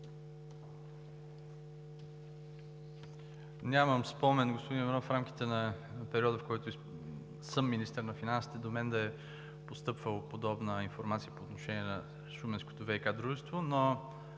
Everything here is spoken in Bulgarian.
Нямам спомен, господин Иванов, в рамките на периода, в който съм министър на финансите, до мен да е постъпвала подобна информация по отношение на Шуменското ВиК дружество.